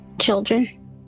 children